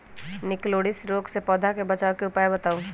निककरोलीसिस रोग से पौधा के बचाव के उपाय बताऊ?